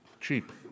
cheap